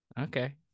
Okay